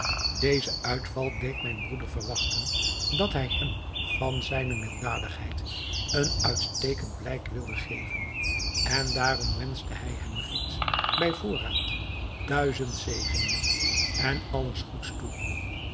deze uitval deed mijn broeder verwachten dat hij hem van zijne milddadigheid een uitstekend blijk wilde geven en daarom wenschte hij hem reeds bij voorraad duizend zegeningen en alles goeds toe